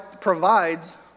provides